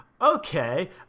okay